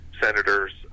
Senators